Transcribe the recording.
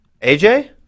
Aj